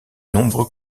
nombreux